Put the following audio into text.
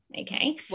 okay